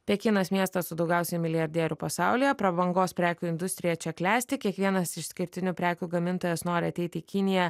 pekinas miestas su daugiausiai milijardierių pasaulyje prabangos prekių industrija čia klesti kiekvienas išskirtinių prekių gamintojas nori ateiti į kiniją